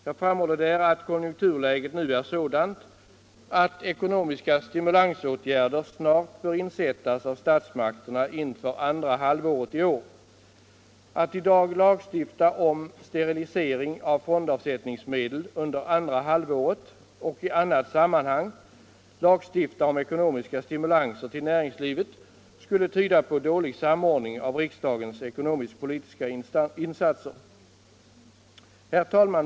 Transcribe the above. Jag framhåller där att konjunkturläget nu är sådant att ekonomiska stimulansåtgärder snart bör insättas av statsmakterna inför andra halvåret i år. Att i dag lagstifta om ” sterilisering” av fondavsättningsmedel under andra halvåret och i annat sammanhang lagstifta om ekonomiska stimulanser till näringslivet skulle tyda på dålig samordning av riksdagens ekonomisk-politiska insatser. Herr talman!